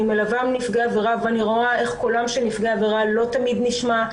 אני מלווה נפגעי עבירה ואני רואה איך קולם של נפגעי עבירה לא תמיד נשמע.